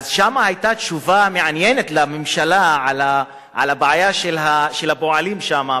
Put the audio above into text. אז שם היתה תשובה מעניינת לממשלה על הבעיה של הפועלים שם,